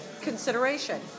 consideration